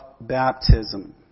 baptism